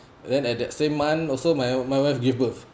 then at that same month also my my wife give birth